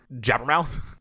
jabbermouth